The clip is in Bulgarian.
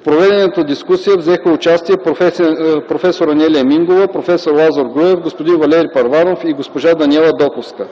В проведената дискусия взеха участие проф. Анелия Мингова, проф. Лазар Груев, господин Валери Първанов и госпожа Даниела Доковска.